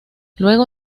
luego